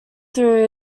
through